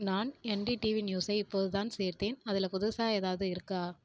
நான் என்டிடிவி நியூஸை இப்போதுதான் சேர்த்தேன் அதில் புதுசாக ஏதாவது இருக்கா